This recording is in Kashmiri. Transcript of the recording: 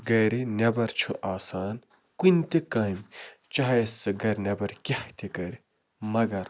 گَرِ نٮ۪بر چھُ آسان کُنہِ تہِ کامہِ چاہے سُہ گَرِ نٮ۪بر کیٛاہ تہِ کَرِ مگر